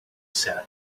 said